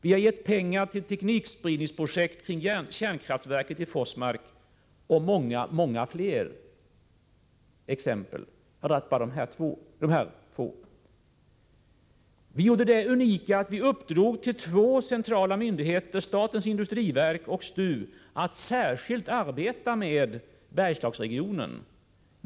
Vi har gett pengar till ett teknikspridningsprojekt kring kärnkraftverket i Forsmark. Och det finns många fler exempel. Vi har gjort det unika att ge i uppdrag till två centrala myndigheter — statens industriverk och STU — att särskilt arbeta med Bergslagsregionen.